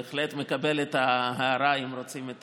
בהחלט מקבל את ההערה, אם רוצים את